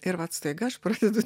ir vat staiga aš pradedu